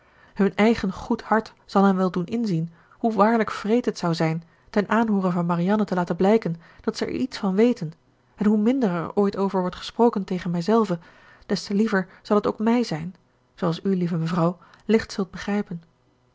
hun eigen goed hart zal hen wel doen inzien hoe waarlijk wreed het zou zijn ten aanhoore van marianne te laten blijken dat zij er iets van weten en hoe minder er ooit over wordt gesproken tegen mijzelve des te liever zal het ook mij zijn zooals u lieve mevrouw licht zult begrijpen